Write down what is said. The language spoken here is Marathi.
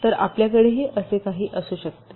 तर आपल्याकडेही असे काहीतरी असू शकते